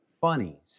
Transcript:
funny